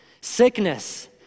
sickness